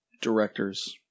directors